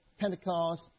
Pentecost